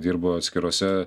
dirbo atskirose